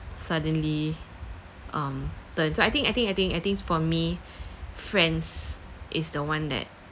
suddenly um that's why so I think I think I think I thinks for me friends is the one that